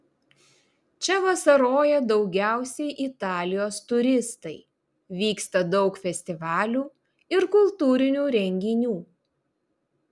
čia vasaroja daugiausiai italijos turistai vyksta daug festivalių ir kultūrinių renginių